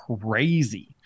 crazy